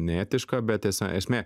neetiška bet tiesa esmė